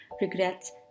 regrets